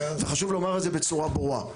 וחשוב לומר את זה בצורה ברורה.